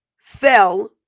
fell